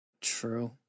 True